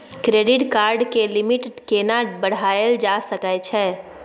Credit card के limit केना बढायल जा सकै छै?